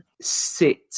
sit